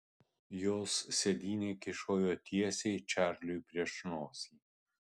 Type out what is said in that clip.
jos sėdynė kyšojo tiesiai čarliui prieš nosį